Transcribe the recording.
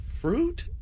Fruit